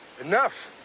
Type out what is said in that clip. Enough